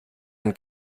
ein